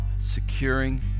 securing